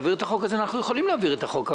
אנחנו יכולים להעביר את החוק,